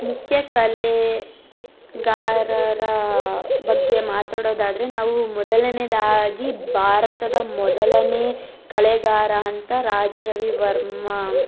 ಮುಖ್ಯ ಕಲೆಗಾರರ ಬಗ್ಗೆ ಮಾತಾಡೋದಾದರೆ ನಾವು ಮೊದಲನೇದಾಗಿ ಭಾರತದ ಮೊದಲನೇ ಕಲೆಗಾರ ಅಂತ ರಾಜಾ ರವಿವರ್ಮ